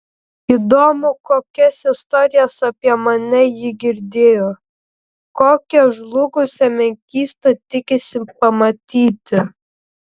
įdomu kokias istorijas apie mane ji girdėjo kokią žlugusią menkystą tikisi pamatyti